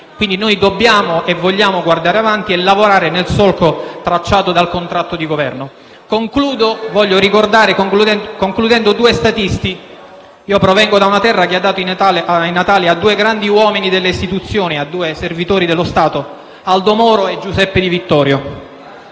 sul Paese. Dobbiamo e vogliamo guardare avanti e lavorare nel solco tracciato dal contratto di Governo. *(Commenti dal Gruppo PD).* Concludo ricordando due statisti. Provengo da una terra che ha dato i natali a due grandi uomini delle Istituzioni, a due servitori dello Stato: Aldo Moro e Giuseppe Di Vittorio.